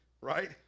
right